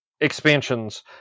expansions